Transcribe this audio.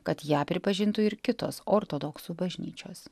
kad ją pripažintų ir kitos ortodoksų bažnyčios